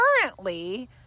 currently